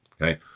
Okay